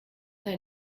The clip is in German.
dein